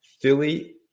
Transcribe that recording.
Philly